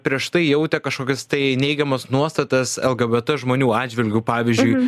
prieš tai jautė kažkokias tai neigiamas nuostatas lgbt žmonių atžvilgiu pavyzdžiui